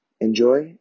enjoy